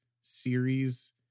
series